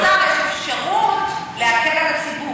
אבל לך, כשר, יש אפשרות להקל על הציבור.